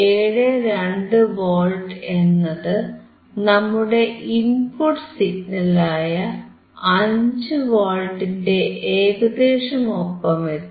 72 volt എന്നത് നമ്മുടെ input സിഗ്നലായ 5 വോൾട്ടിന്റെ ഏകദേശം ഒപ്പം എത്തി